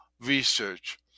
research